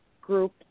group